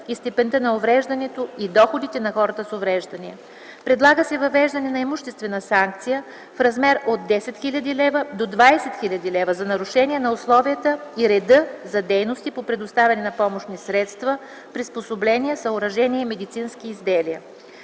и степента на увреждането и доходите на хората с увреждания. Предлага се въвеждането на имуществена санкция в размер от 10 000 лв. до 20 000 лв. за нарушения на условията и реда за дейности по предоставяне на помощни средства, приспособления, съоръжения и медицински изделия.